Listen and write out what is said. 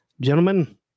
Gentlemen